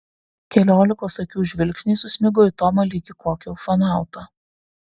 keliolikos akių žvilgsniai susmigo į tomą lyg į kokį ufonautą